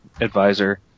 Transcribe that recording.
advisor